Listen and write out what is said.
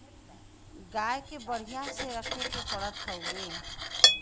गाय के बढ़िया से रखे के पड़त हउवे